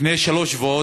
לפני שלושה שבועות,